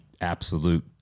absolute